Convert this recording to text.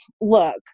look